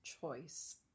choice